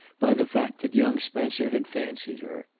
by the fact that young spencer had fancied her.